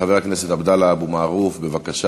חבר הכנסת עבדאללה אבו מערוף, בבקשה.